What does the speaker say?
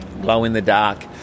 glow-in-the-dark